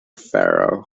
pharaoh